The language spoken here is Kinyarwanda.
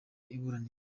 iburanisha